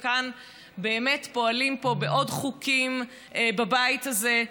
ופועלים פה בעוד חוקים בבית הזה,